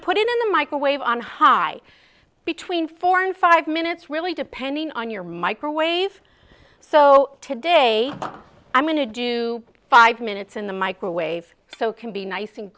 to put it in the microwave on high between four and five minutes really depending on your microwave so today i'm going to do five minutes in the microwave so can be nice and